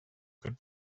could